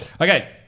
Okay